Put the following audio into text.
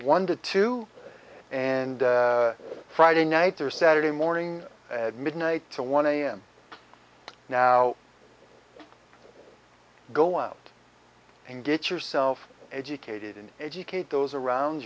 one to two and friday night or saturday morning at midnight to one am now go out and get yourself educated and educate those around